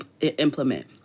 implement